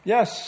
Yes